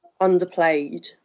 underplayed